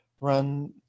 run